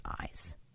eyes